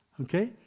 Okay